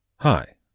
Hi